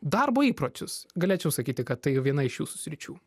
darbo įpročius galėčiau sakyti kad tai viena iš jūsų sričių